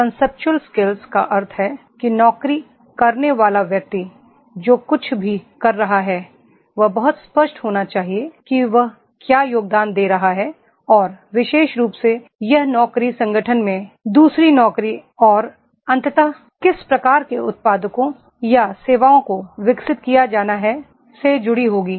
conceptual skills का अर्थ है कि नौकरी करने वाला व्यक्ति जो कुछ भी कर रहा है वह बहुत स्पष्ट होना चाहिए कि वह क्या योगदान दे रहा है और विशेष रूप से यह नौकरी संगठन में दू सरी नौकरी और अंततः किस प्रकार के उत्पादों या सेवाओं को विकसित किया जाना है से जुड़ी होगी